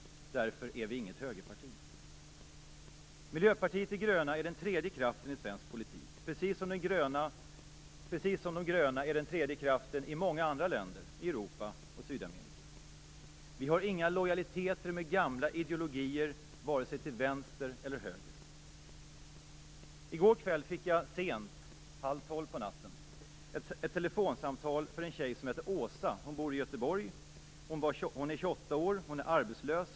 Därför är vi inget högerparti. Miljöpartiet de gröna är den tredje kraften i svensk politik, precis som de gröna är den tredje kraften i många andra länder i Europa och Sydamerika. Vi har inga lojaliteter med gamla ideologier vare sig till vänster eller höger. Sent i går kväll - halv tolv på natten - fick jag ett telefonsamtal från en tjej som heter Åsa. Hon bor i Göteborg. Hon är 28 år. Hon är arbetslös.